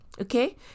Okay